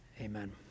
amen